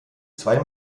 zwei